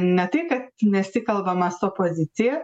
ne tik nesikalbama su opozicija